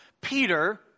Peter